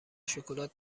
شکلات